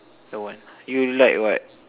don't want you you like what